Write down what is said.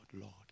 Lord